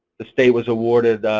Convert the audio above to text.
the state was awarded